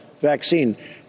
vaccine